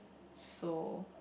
so